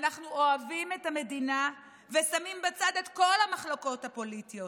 אנחנו אוהבים את המדינה ושמים בצד את כל המחלוקות הפוליטיות